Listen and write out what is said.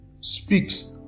speaks